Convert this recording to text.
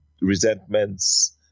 resentments